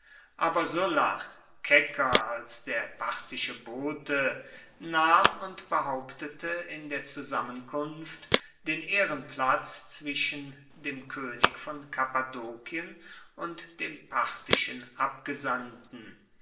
aber sulla kecker als der parthische bote nahm und behauptete in der zusammenkunft den ehrenplatz zwischen dem könig von kappadokien und dem parthischen abgesandten